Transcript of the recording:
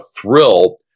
thrill